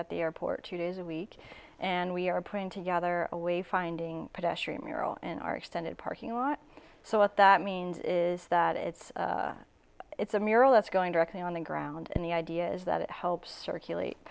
at the airport two days a week and we are putting together a way finding pedestrian mural in our extended parking lot so what that means is that it's it's a mural that's going directly on the ground and the idea is that it helps circulate